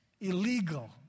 illegal